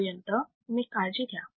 तोपर्यंत तुम्ही काळजी घ्या